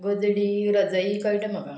गजडी रजाई कळटा म्हाका